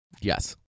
Yes